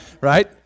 right